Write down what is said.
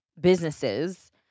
businesses